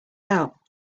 out